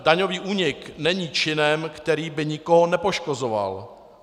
Daňový únik není činem, který by nikoho nepoškozoval.